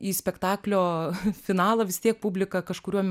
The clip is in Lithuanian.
į spektaklio finalą vis tiek publika kažkuriuo